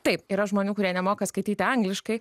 taip yra žmonių kurie nemoka skaityti angliškai